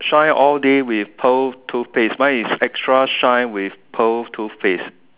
shine all day with pearl toothpaste mine is extra shine with pearl toothpaste